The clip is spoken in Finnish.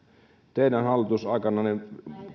teidän hallitusaikananne